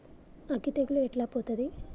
అగ్గి తెగులు ఎట్లా పోతది?